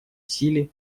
силе